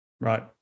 Right